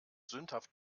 sündhaft